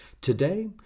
Today